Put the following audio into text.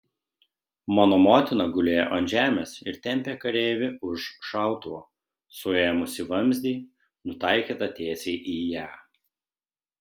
mano motina gulėjo ant žemės ir tempė kareivį už šautuvo suėmusį vamzdį nutaikytą tiesiai į ją